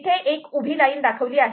तिथे एक उभी लाईन दाखवली आहे